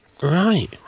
Right